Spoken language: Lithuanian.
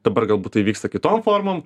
dabar galbūt tai vyksta kitom formom